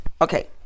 Okay